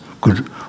good